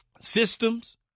systems